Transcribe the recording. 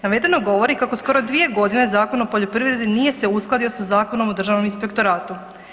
Navedeno govori kako skoro dvije godine Zakon o poljoprivredi nije se uskladio sa Zakonom o državnom inspektoratu.